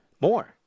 more